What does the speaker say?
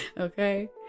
Okay